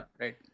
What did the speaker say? right